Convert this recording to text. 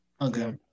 Okay